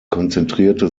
konzentrierte